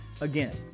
Again